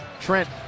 Trent